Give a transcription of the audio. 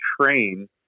train